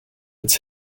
its